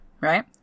right